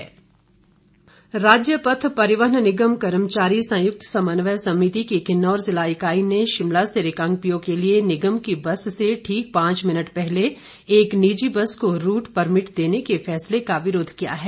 विरोध राज्य पथ परिवहन निगम कर्मचारी संयुक्त समन्वय समिति की किन्नौर जिला इकाई ने शिमला से रिकांगपिओ के लिए निगम की बस से ठीक पांच मिनट पहले एक निजी बस को रूट परमिट देने के फैसले का विरोध किया है